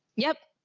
yep.